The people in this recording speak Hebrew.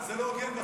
זה לא הוגן בכלל.